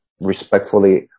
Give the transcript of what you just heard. respectfully